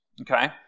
okay